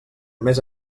més